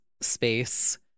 space